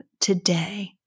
today